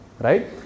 right